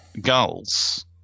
gulls –